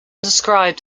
described